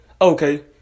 Okay